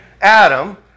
Adam